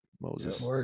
Moses